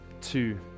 two